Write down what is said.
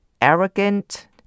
arrogant